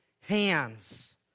hands